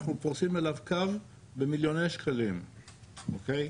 אנחנו פורסים אליו קו במליוני שקלים, אוקיי?